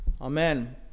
amen